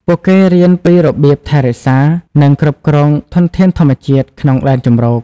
ពួកគេរៀនពីរបៀបថែរក្សា និងគ្រប់គ្រងធនធានធម្មជាតិក្នុងដែនជម្រក។